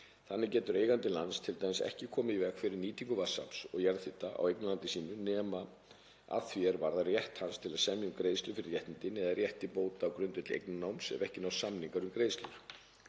Þannig getur eigandi lands t.d. ekki komið í veg fyrir nýtingu vatnsafls og jarðhita á eignarlandi sínu, nema að því er varðar rétt hans til að semja um greiðslu fyrir réttindin eða rétt til bóta á grundvelli eignarnáms ef ekki nást samningar um greiðslur.